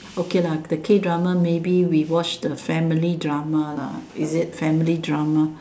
okay lah the K drama maybe we watch the family drama lah is it family drama